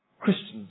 Christians